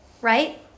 right